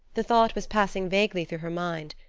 the thought was passing vaguely through her mind,